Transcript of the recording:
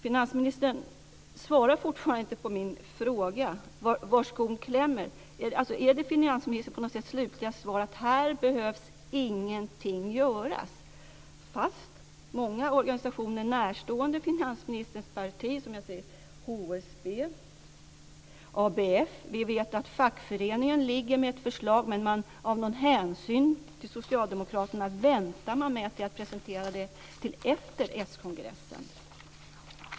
Finansministern svarar fortfarande inte på min fråga var skon klämmer. Är det finansministerns slutliga svar att ingenting behöver göras här, trots att många organisationer närstående finansministerns parti, HSB och ABF, anser det? Vi vet att fackföreningen har ett förslag om sänkta skatter för att fler ska komma in på arbetsmarknaden och för att man ska komma åt svartarbetet.